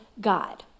God